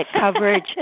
coverage